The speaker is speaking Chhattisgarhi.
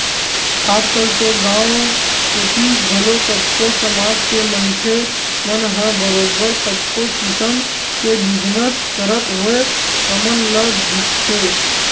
आजकल तो गाँव कोती घलो कतको समाज के मनखे मन ह बरोबर कतको किसम के बिजनस करत होय हमन ल दिखथे